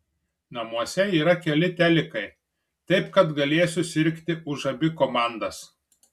namuose yra keli telikai taip kad galėsiu sirgti už abi komandas